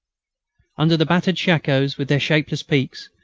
under the battered shakoes with their shapeless peaks,